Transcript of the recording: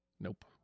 Nope